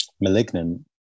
*Malignant*